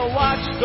watch